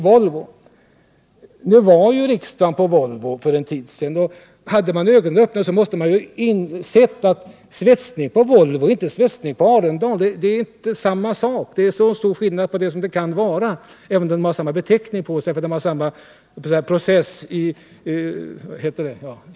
Representanter för riksdagen var på Volvo för en tid sedan, och den som hade ögonen öppna måste ha insett att svetsning på Volvo inte är samma sak som svetsning på Arendal. Det är så stora skillnader däremellan som det kan vara— även om yrkesgrupperna har samma beteckning, utför samma kemiska och fysikaliska process.